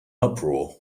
uproar